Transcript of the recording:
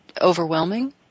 overwhelming